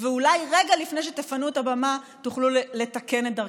ואולי רגע לפני שתפנו את הבמה תוכלו לתקן את דרככם.